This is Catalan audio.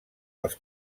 els